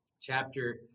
chapter